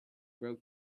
broke